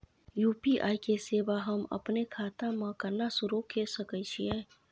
UPI के सेवा हम अपने खाता म केना सुरू के सके छियै?